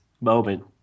moment